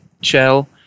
Shell